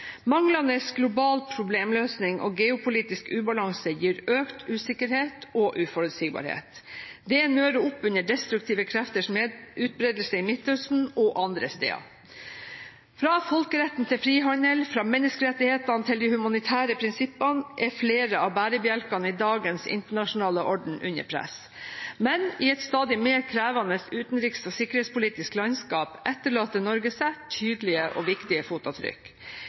Manglende global problemløsning og geopolitisk ubalanse gir økt usikkerhet og uforutsigbarhet. Det nører opp under destruktive krefters utbredelse i Midtøsten og andre steder. Fra folkeretten til frihandel, fra menneskerettighetene til de humanitære prinsippene er flere av bærebjelkene i dagens internasjonale orden under press. Men i et stadig mer krevende utenriks- og sikkerhetspolitisk landskap etterlater Norge seg tydelige og viktige